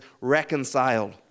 reconciled